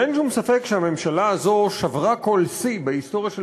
ואין שום ספק שהממשלה הזאת שברה כל שיא בהיסטוריה של